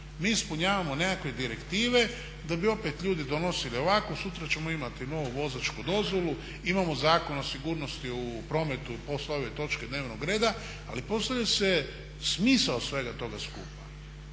Mi ispunjavamo nekakve direktive da bi opet ljudi donosili ovako, sutra ćemo imati novu vozačku dozvolu, imamo Zakon o sigurnosti u prometu poslije ove točke dnevnog reda. Ali postavlja se smisao svega toga skupa?